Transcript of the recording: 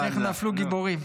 איך נפלו גיבורים.